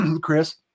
Chris